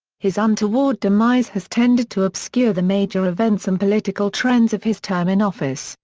his untoward demise has tended to obscure the major events and political trends of his term in office,